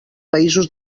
països